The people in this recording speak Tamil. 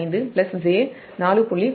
5 j 4